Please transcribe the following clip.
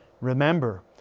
Remember